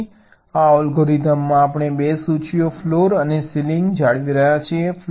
તેથી આ અલ્ગોરિધમમાં આપણે 2 સૂચિઓ ફ્લોર અને સીલિંગ જાળવી રહ્યા છીએ